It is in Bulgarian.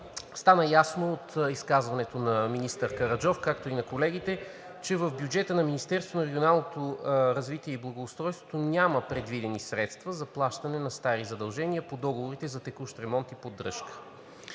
Стана ясно от изказването на министър Караджов, както и на колегите, че в бюджета на Министерството на регионалното развитие и благоустройството няма предвидени средства за плащане на стари задължения по договорите за текущ ремонт и поддръжка.